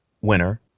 winner